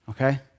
okay